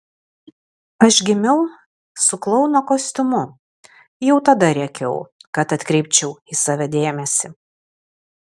aš gimiau su klouno kostiumu jau tada rėkiau kad atkreipčiau į save dėmesį